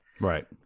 Right